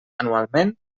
anualment